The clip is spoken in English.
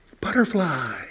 Butterfly